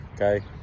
okay